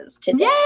today